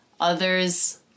others